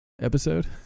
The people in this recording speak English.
episode